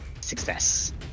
Success